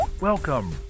Welcome